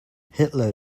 hitler